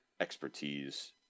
expertise